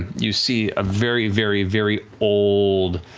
you see a very, very, very old,